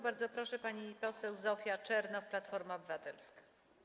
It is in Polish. Bardzo proszę, pani poseł Zofia Czernow, Platforma Obywatelska.